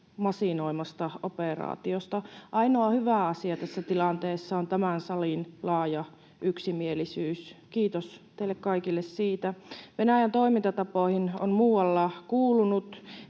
masinoimasta operaatiosta. Ainoa hyvä asia tässä tilanteessa on tämän salin laaja yksimielisyys. Kiitos teille kaikille siitä. Venäjän toimintatapoihin on muualla kuulunut